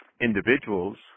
individuals